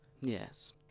Yes